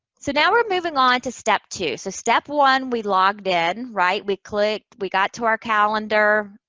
so now we're moving on to step two. so, step one, we logged in. right? we clicked, we got to our calendar,